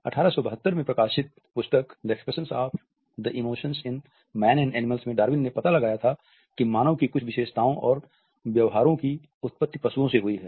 1872 में प्रकाशित पुस्तक the expression of the emotions in man and animals में डार्विन ने पता लगाया था कि मानव की कुछ विशेषताओं और व्यवहारों की उत्पत्ति पशुओं से हुई है